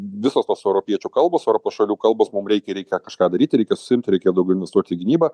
visos tos europiečių kalbos europos šalių kalbos mum reikia reikia kažką daryti reikia susiimti reikia daugiau investuoti į gynybą